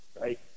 right